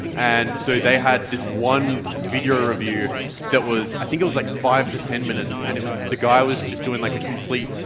and so they had this one video review that was i think, it was like five to ten minutes, and it was the guy was just doing like a complete,